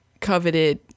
coveted